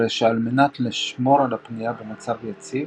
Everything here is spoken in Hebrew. הרי שעל מנת לשמור על פנייה במצב יציב,